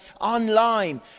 online